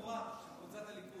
זו קבוצה סגורה, קבוצת הליכוד.